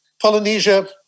Polynesia